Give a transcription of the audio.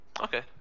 Okay